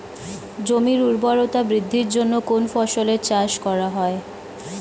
জমির উর্বরতা বৃদ্ধির জন্য কোন ফসলের চাষ করা হয়?